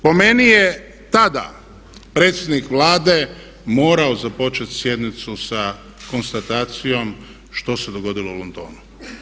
Po meni je tada predsjednik Vlade morao započeti sjednicu sa konstatacijom što se dogodilo u Londonu.